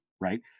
right